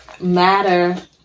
matter